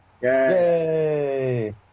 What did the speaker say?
Yay